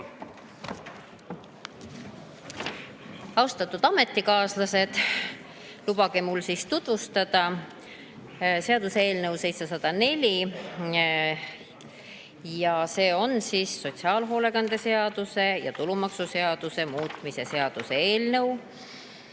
Austatud ametikaaslased! Lubage mul tutvustada seaduseelnõu 704. See on sotsiaalhoolekande seaduse ja tulumaksuseaduse muutmise seaduse eelnõu.